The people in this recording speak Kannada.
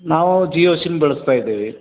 ನಾವು ಜಿಯೋ ಸಿಮ್ ಬಳ್ಸ್ತಾ ಇದ್ದೇವೆ